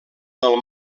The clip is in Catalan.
del